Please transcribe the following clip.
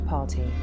Party